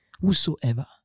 Whosoever